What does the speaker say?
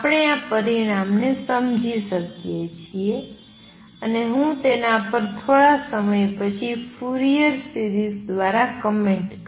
આપણે આ પરિણામને સમજી શકીએ છીએ અને હું તેના પર થોડા સમય પછી ફ્યુરિયર સીરિઝ દ્વારા કમેંટ કરી